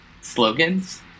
slogans